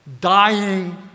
dying